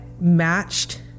matched